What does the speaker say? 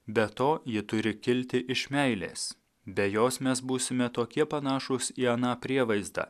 be to ji turi kilti iš meilės be jos mes būsime tokie panašūs į aną prievaizdą